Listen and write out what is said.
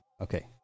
Okay